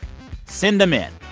send them in.